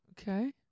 Okay